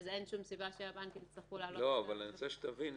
אין שום סיבה שהבנקים יצטרכו להעלות --- אני רוצה שתביני